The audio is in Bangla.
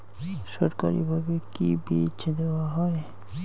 সরকারিভাবে কি বীজ দেওয়া হয়?